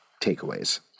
takeaways